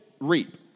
reap